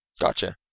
Gotcha